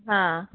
हां